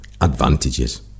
advantages